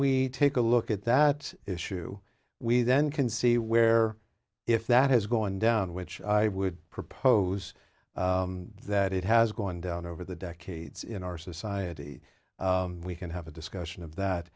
we take a look at that issue we then can see where if that has gone down which i would propose that it has gone down over the decades in our society we can have a discussion of that